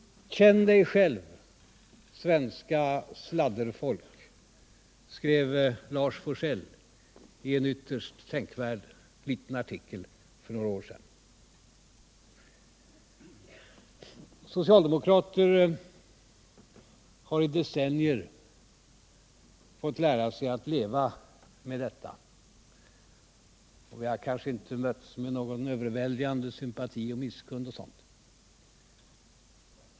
Känn dig själv, svenska sladderfolk, skrev Lars Forssell i en ytterst tänkvärd liten artikel för några år sedan. Socialdemokrater har i decennier fått lära sig att leva med detta, och vi har kanske inte mötts med någon överväldigande sympati eller misskund.